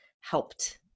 helped